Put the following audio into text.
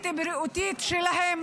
סמויה.